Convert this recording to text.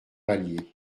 allier